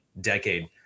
Decade